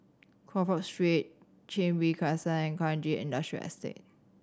Crawford Street Chin Bee Crescent and Kranji Industrial Estate